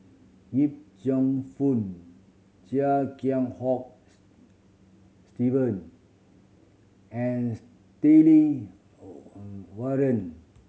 Yip Cheong Fun Chia Kiah Hong Steven and Stanley Warren